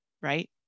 right